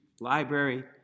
library